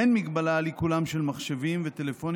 אין הגבלה על עיקולים של מחשבים וטלפונים